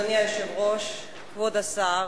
אדוני היושב-ראש, כבוד השר,